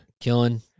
Killing